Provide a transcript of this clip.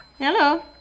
Hello